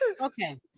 Okay